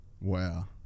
wow